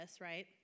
right